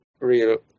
real